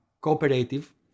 cooperative